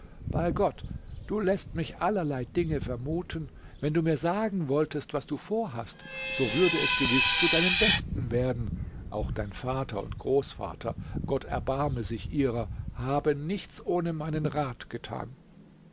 bei gott du läßt mich allerlei dinge vermuten wenn du mir sagen wolltest was du vorhast so würde es gewiß zu deinem besten werden auch dein vater und großvater gott erbarme sich ihrer haben nichts ohne meinen rat getan